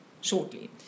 shortly